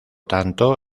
tanto